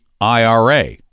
IRA